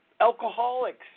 alcoholics